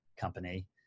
company